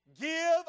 give